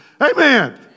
Amen